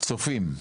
זה צופים.